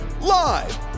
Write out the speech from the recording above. live